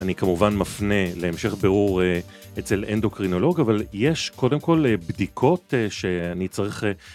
אני כמובן מפנה להמשך ברור אצל אנדוקרינולוג, אבל יש קודם כל בדיקות שאני צריך...